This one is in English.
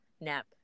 nap